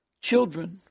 children